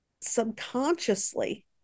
subconsciously